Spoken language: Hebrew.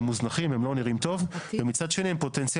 מוזנחים הם לא נראים טוב ומצד שני הם פוטנציאל